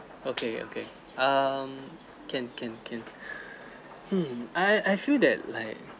okay okay hmm can can can um I I feel that like